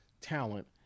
talent